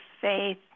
Faith